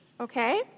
Okay